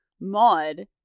Maud